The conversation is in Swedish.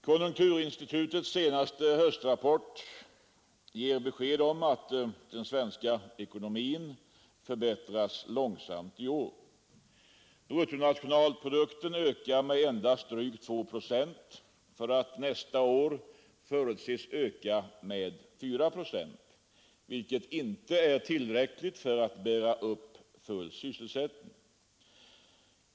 Konjunkturinstitutets höstrapport ger besked om att den svenska ekonomin förbättras långsamt i år. Bruttonationalprodukten ökar med endast drygt 2 procent och förutses nästa år öka med 4 procent, vilket dock inte är tillräckligt för att bära upp full sysselsättning.